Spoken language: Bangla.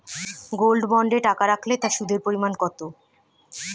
গোল্ড বন্ডে টাকা রাখলে তা সুদের পরিমাণ কত?